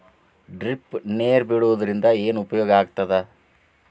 Drip ನೇರ್ ಬಿಡುವುದರಿಂದ ಏನು ಉಪಯೋಗ ಆಗ್ತದ?